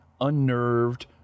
unnerved